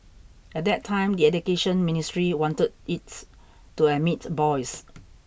at that time the Education Ministry wanted it to admit boys